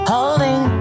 Holding